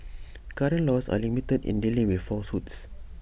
current laws are limited in dealing with falsehoods